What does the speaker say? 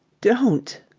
don't!